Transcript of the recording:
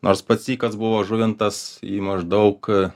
nors pats sykas buvo žuvintas į maždaug